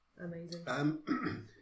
Amazing